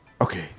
Okay